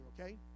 okay